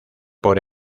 por